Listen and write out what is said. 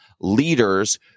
leaders